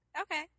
Okay